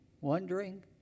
wondering